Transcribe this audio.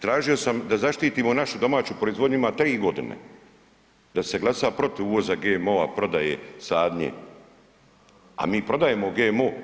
Tražio sam da zaštitimo našu domaću proizvodnju ima tri godine da se glasa protiv uvoza GMO-a, prodaje, sadnje, a mi prodajemo GMO.